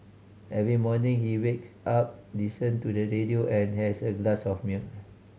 every morning he wakes up listen to the radio and has a glass of milk